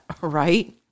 Right